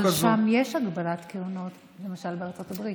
אבל שם יש הגבלת כהונה, למשל בארצות הברית.